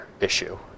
issue